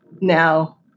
now